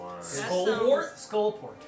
Skullport